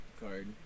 card